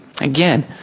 Again